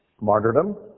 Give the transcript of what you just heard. Martyrdom